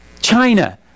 china